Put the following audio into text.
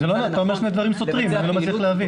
אתה אומר שני דברים סותרים, אני לא מצליח להבין.